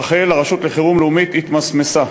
רח"ל, רשות חירום לאומית, התמסמסה.